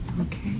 Okay